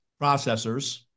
processors